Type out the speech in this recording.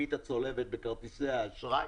הריבית הצולבת בכרטיסי האשראי,